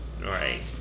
Right